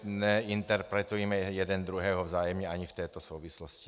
Neinterpretujme jeden druhého vzájemně ani v této souvislosti.